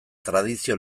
tradizio